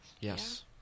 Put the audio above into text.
Yes